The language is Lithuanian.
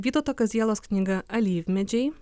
vytauto kazielos knyga alyvmedžiai